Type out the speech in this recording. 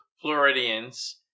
Floridians